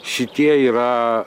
šitie yra